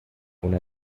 una